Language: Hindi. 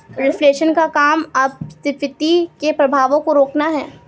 रिफ्लेशन का काम अपस्फीति के प्रभावों को रोकना है